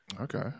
Okay